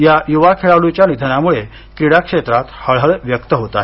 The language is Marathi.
या युवा खेळाडूच्या निधनामुळे क्रीडा क्षेत्रात हळहळ व्यक्त होत आहे